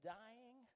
dying